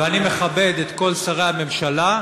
ואני מכבד את כל שרי הממשלה,